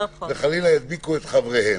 וחלילה ידביקו את חבריהם.